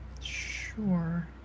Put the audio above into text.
Sure